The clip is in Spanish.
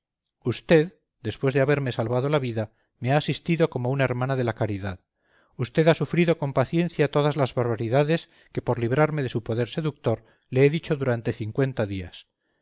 usted después de haberme salvado la vida me ha asistido como una hermana de la caridad usted ha sufrido con paciencia todas las barbaridades que por librarme de su poder seductor le he dicho durante cincuenta días